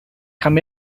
come